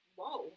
Whoa